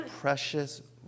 precious